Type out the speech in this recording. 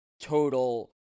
total